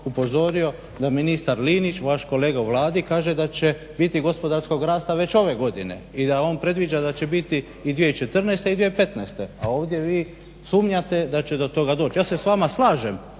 upozorio da ministar Linić, vaš kolega u Vladi kaže da će biti gospodarskog rasta već ove godine i da on predviđa da će biti i 2014.i 2015. A ovdje vi sumnjate da će do toga doći. Ja se s vama slažem